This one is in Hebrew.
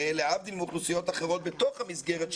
להבדיל מאוכלוסיות אחרות בתוך המסגרת,